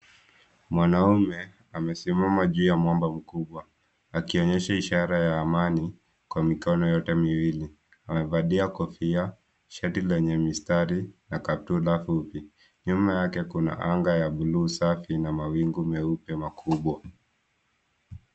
Mwanaume amesimama juu ya mwamba mkubwa akionyesha ishara ya amani kwa mikono yote miwili. mevalia kofia, shati lenye mistari na kaptura fupi. Nyuma yake kuna anga ya buluu safi na mawingu meupe makubwa.